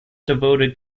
devoted